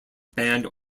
banned